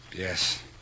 Yes